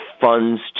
funds